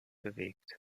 bewegt